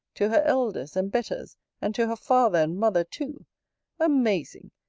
to her elders and betters and to her father and mother too amazing,